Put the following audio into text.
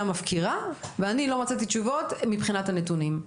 מפקירה ואני לא מצאתי תשובות מבחינת הנתונים.